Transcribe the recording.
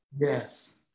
Yes